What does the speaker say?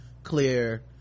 clear